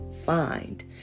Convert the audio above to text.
find